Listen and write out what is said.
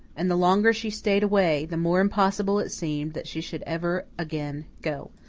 and the longer she stayed away, the more impossible it seemed that she should ever again go.